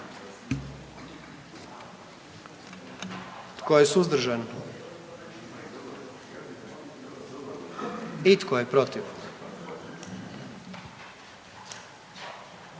Tko je suzdržan? I tko je protiv?